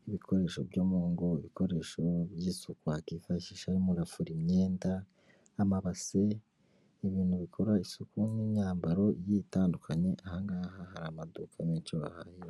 nk'ibikoresho byo mu ngo, ibikoresho by'isuku wakifashisha urimo urafura imyenda, amabase, ibintu bikora isuku n'imyambaro igiye itandukanye aha ngaha hari amaduka menshi wahahiramo.